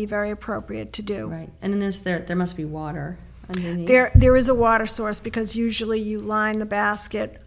be very appropriate to do right and there's there must be water there there is a water source because usually you line the basket